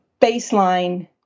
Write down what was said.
baseline